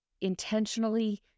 intentionally